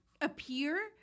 appear